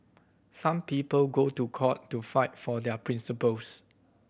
some people go to court to fight for their principles